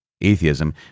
Atheism